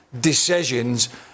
decisions